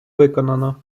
виконано